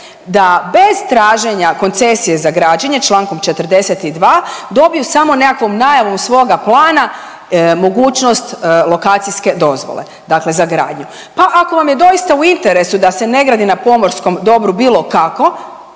da bez traženja koncesije za građenje člankom 42. dobiju samo nekakvom najavom svoga plana mogućnost lokacijske dozvole, dakle za gradnju. Pa ako vam je doista u interesu da se ne gadi na pomorskom dobru bilo kako